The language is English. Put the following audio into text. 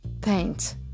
paint